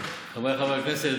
חבריי חברי הכנסת,